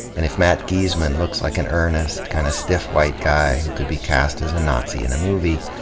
and if matt geesaman looks like an earnest, kind of stiff white guy who could be cast as a nazi in a movie,